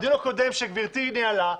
בדיון הקודם שגברתי ניהלה,